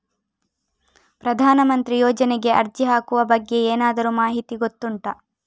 ಪ್ರಧಾನ ಮಂತ್ರಿ ಯೋಜನೆಗೆ ಅರ್ಜಿ ಹಾಕುವ ಬಗ್ಗೆ ಏನಾದರೂ ಮಾಹಿತಿ ಗೊತ್ತುಂಟ?